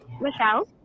michelle